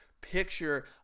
picture